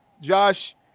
Josh